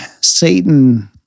Satan